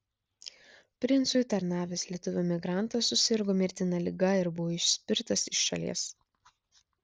princui tarnavęs lietuvių emigrantas susirgo mirtina liga ir buvo išspirtas iš šalies